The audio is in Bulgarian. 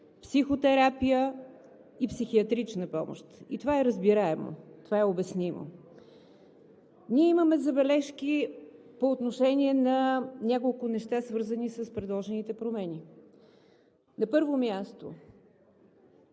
психотерапия и психиатрична помощ и това е разбираемо, това е обяснимо. Ние имаме забележки по отношение на няколко неща, свързани с предложените промени. На първо място,